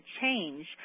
change